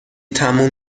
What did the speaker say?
تموم